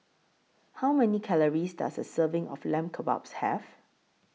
How Many Calories Does A Serving of Lamb Kebabs Have